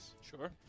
Sure